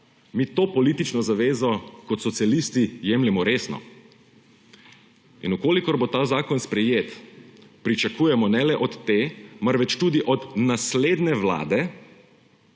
mi to politično zavezo kot socialisti jemljemo resno. V kolikor bo ta zakon sprejet, pričakujemo ne le od te, marveč tudi od naslednje vlade,